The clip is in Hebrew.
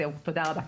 תודה רבה.